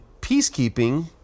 peacekeeping